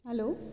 hello